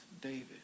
David